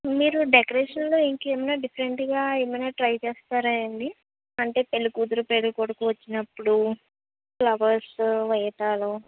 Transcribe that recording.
మీరు డెకరేషన్ లో ఇంకేమైనా డిఫరెంట్ గా ఏమైనా ట్రై చేస్తారా అండి అంటే పెళ్లి కూతురు పెళ్లి కొడుకు వచ్చినప్పుడు ఫ్లవర్స్ వేయటాలు